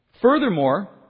Furthermore